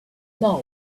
know